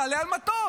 תעלה על מטוס.